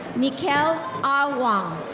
niekel ah awong.